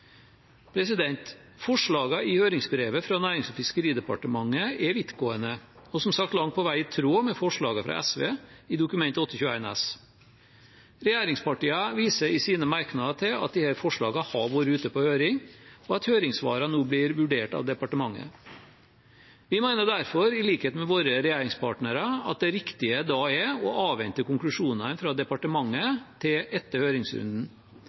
i høringsbrevet fra Nærings- og fiskeridepartementet er vidtgående og som sagt langt på vei i tråd med forslagene fra SV i Dokument 8:21 S. Regjeringspartiene viser i sine merknader til at disse forslagene har vært ute på høring, og at høringssvarene nå blir vurdert av departementet. Vi mener derfor, i likhet med våre regjeringspartnere, at det riktige da er å avvente konklusjonene fra departementet til etter høringsrunden.